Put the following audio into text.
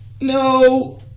No